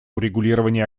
урегулирования